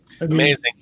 amazing